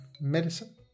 medicine